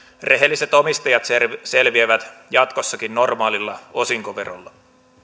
rehelliset omistajat selviävät jatkossakin normaalilla osinkoverolla